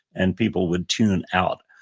and people would tune out.